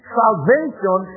salvation